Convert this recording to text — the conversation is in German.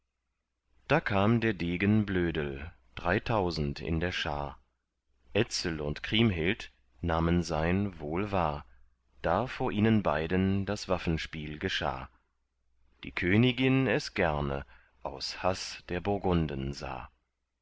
da kam der degen blödel dreitausend in der schar etzel und kriemhild nahmen sein wohl wahr da vor ihnen beiden das waffenspiel geschah die königin es gerne aus haß der burgunden sah